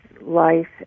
life